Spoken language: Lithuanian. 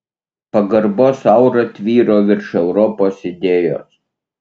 pagarbos aura tvyro virš europos idėjos